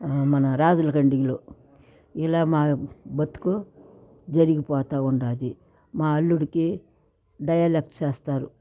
మన రాజులగండిలో ఇలా మా బతుకు జరిగిపోతూ ఉన్నది మా అల్లుడికి డయాలక్స్ చేస్తారు